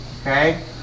Okay